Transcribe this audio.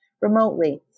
remotely